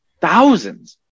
thousands